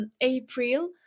april